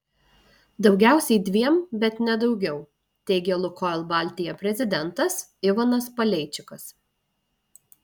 daugiausiai dviem bet ne daugiau teigė lukoil baltija prezidentas ivanas paleičikas